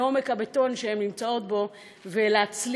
מעומק הבטון שהן נמצאות בו ולהצליח,